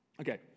Okay